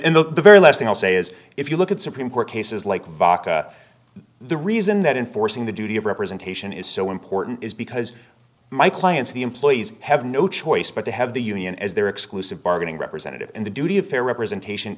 and the very last thing i'll say is if you look at supreme court cases like baka the reason that in forcing the duty of representation is so important is because my clients the employees have no choice but to have the union as their exclusive bargaining representative and the duty of fair representation